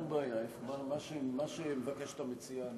שום בעיה, מה שהמציעה מבקשת.